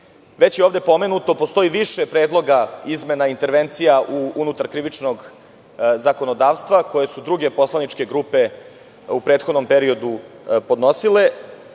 je ovde pomenuto, postoji više predloga, izmena i intervencija unutar krivičnog zakonodavstva koje su druge poslaničke grupe u prethodnom periodu podnosile. Danas